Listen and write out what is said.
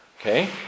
Okay